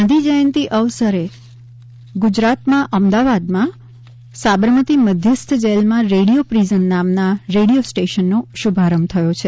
ગાંધી જયંતિ અવસરે ગુજરાતમાં અમદાવાદમાં સાબરમતી મધ્યસ્થ જેલમાં રેડિયો પ્રિઝન નામના રેડિયો સ્ટેશનનો શુભારંભ થયો છે